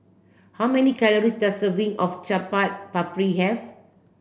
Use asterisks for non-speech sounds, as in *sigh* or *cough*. how many calories does a serving of Chaat *unintelligible* Papri have